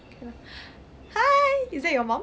okay lah hi is that your mum